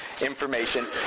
information